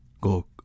go